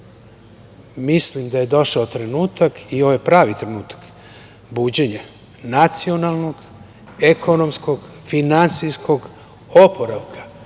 Mislim da je došao trenutak i ovo je pravi trenutak buđenja nacionalnog, ekonomskog, finansijskog oporavka